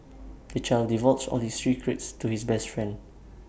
the child divulged all his secrets to his best friend